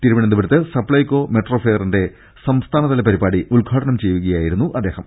തിരുവന്തപുരത്ത് സപ്ലൈക്കോ മെട്രോ ഫെയറിന്റെ സംസ്ഥാനതല പരിപാടി ഉദ്ഘാടനം ചെയ്യുകയായിരുന്നു അദ്ദേഹം